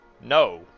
No